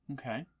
Okay